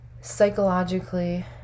psychologically